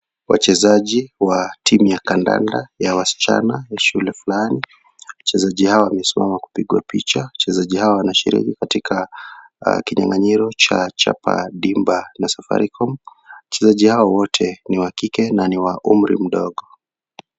Wachezaji wa timu ya kandanda ya wasichana wa shule fulani. Wachezaji hawa wamesimama kupigwa picha. Wachezaji hawa wanashiriki katika kinyang'anyiro cha Chapati Dimba na Safaricom. Wachezaji hawa wote ni wa kike na ni wa umri mdogo.